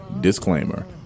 Disclaimer